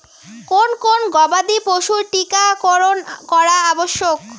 কোন কোন গবাদি পশুর টীকা করন করা আবশ্যক?